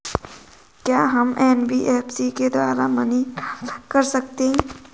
क्या हम एन.बी.एफ.सी के द्वारा मनी ट्रांसफर कर सकते हैं?